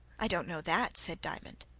i don't know that, said diamond.